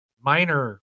minor